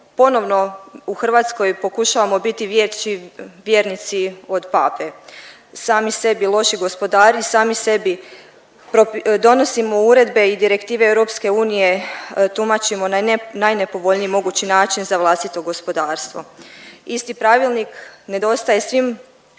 ponovno u Hrvatskoj pokušavamo bit veći vjernici od Pape. Sami sebi loši gospodari, sami sebi donosimo uredbe i direktive EU tumačimo na najnepovoljniji mogući način za vlastito gospodarstvo. Isti pravilnik nedostaje svim